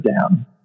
down